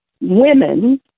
women